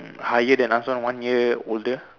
higher than us one one year older